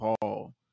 Paul